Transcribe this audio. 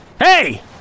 Hey